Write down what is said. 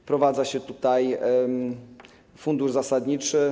Wprowadza się tutaj fundusz zasadniczy.